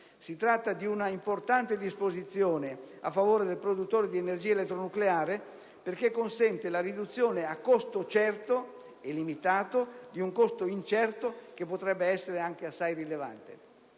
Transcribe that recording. Si tratta di un'importante disposizione a favore del produttore di energia elettronucleare, perché consente la riduzione a costo certo e limitato di un costo incerto che potrebbe essere anche assai rilevante.